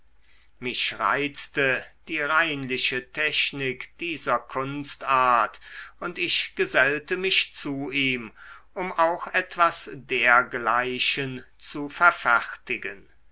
mich reizte die reinliche technik dieser kunstart und ich gesellte mich zu ihm um auch etwas dergleichen zu verfertigen